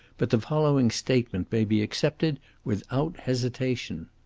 but the following statement may be accepted without hesitation